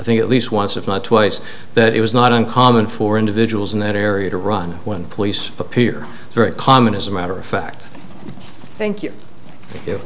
think at least once if not twice that it was not uncommon for individuals in that area to run when police appear very common as a matter of fact thank you